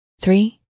three